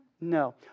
No